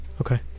Okay